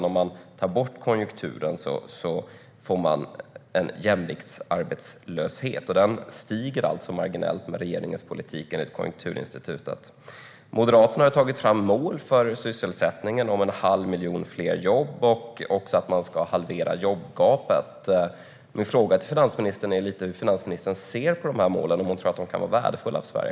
Om man tar bort konjunkturen får man en jämviktsarbetslöshet, och den stiger marginellt med regeringens politik enligt Konjunkturinstitutet. Moderaterna har tagit fram mål för sysselsättningen: en halv miljon fler jobb och halvering av jobbgapet. Min fråga till finansministern är: Hur ser finansministern på dessa mål, och tror hon att de kan vara värdefulla för Sverige?